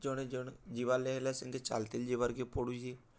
ଜଣେ ଜଣେ ଯିବାର୍ ଲାଗି ହେଲେ ସେନ୍କେ ଚାଏଲ୍ତେଲ୍ ଯିବାର୍କେ ପଡ଼ୁଛେ